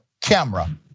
camera